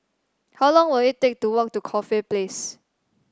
how long will it take to walk to Corfe Place